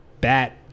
bat